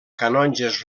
canonges